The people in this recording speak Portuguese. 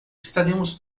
estaremos